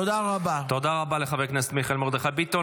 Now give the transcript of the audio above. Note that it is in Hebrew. תודה רבה לחבר הכנסת מיכאל מרדכי ביטון.